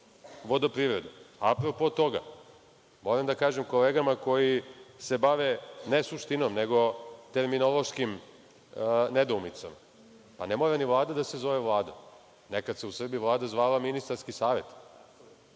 vodoprivrede.A pro po toga, moram da kažem kolegama koji se bave ne suštinom nego terminološkim nedoumicama, pa ne mora ni Vlada da se zove Vlada, nekada se Vlada u Srbiji zvala Ministarski savet.